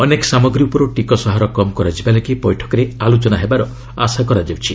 ଅନେକ ସାମଗ୍ରୀ ଉପରୁ ଟିକସହାର କମ୍ କରାଯିବା ଲାଗି ବୈଠକରେ ଆଲୋଚନା ହେବାର ଆଶା କରାଯାଉଛି